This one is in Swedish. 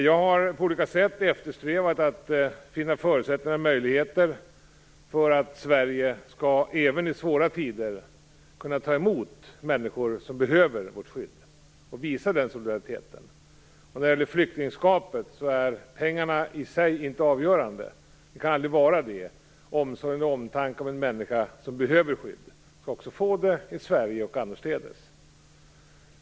Jag har på olika sätt eftersträvat att finna förutsättningar och möjligheter för att Sverige även i svåra tider skall kunna ta emot människor som behöver vårt skydd, att vi skall visa den solidariteten. När det gäller flyktingskapet kan aldrig pengarna i sig vara avgörande. En människa som behöver skydd skall få omsorg och omtanke i Sverige och annorstädes.